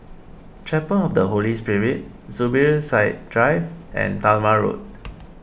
Chapel of the Holy Spirit Zubir Said Drive and Talma Road